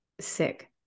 sick